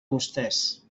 vostès